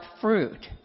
fruit